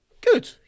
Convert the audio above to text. good